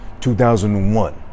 2001